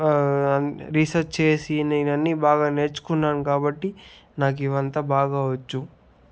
అన్నీ రీసర్చ్ చేసి నేను అన్ని బాగా నేర్చుకున్నాను కాబట్టి నాకు ఇవంతా బాగావచ్చు